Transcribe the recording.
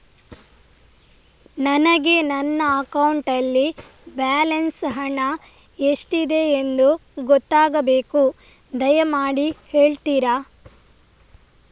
ನನಗೆ ನನ್ನ ಅಕೌಂಟಲ್ಲಿ ಬ್ಯಾಲೆನ್ಸ್ ಹಣ ಎಷ್ಟಿದೆ ಎಂದು ಗೊತ್ತಾಗಬೇಕು, ದಯಮಾಡಿ ಹೇಳ್ತಿರಾ?